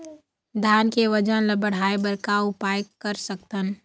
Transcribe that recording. धान के वजन ला बढ़ाएं बर का उपाय कर सकथन?